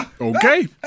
Okay